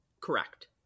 correct